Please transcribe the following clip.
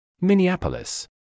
Minneapolis